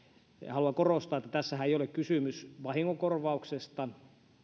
haluan korostaa että tässähän ei ole kysymys vahingonkorvauksesta